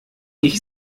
ich